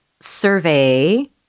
survey